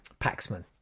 paxman